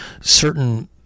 certain